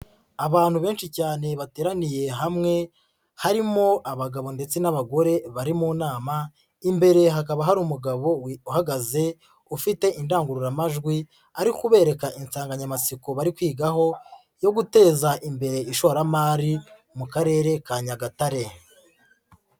Abantu benshi cyane bateraniye hamwe harimo abagabo ndetse n'abagore bari mu nama imbere hakaba hari umugabo uhagaze ufite indangururamajwi ari kubereka insanganyamatsiko bari kwiga yo guteza imbere ishoramari mu Karere ka Nyagatare.